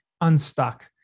unstuck